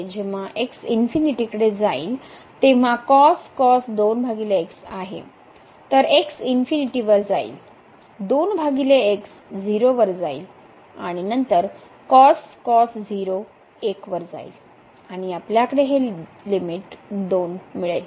तर x वर जाईल 0 वर जाईल आणि नंतर 1 वर जाईल आणि आपल्याकडे हे 2लिमिट येथे आहे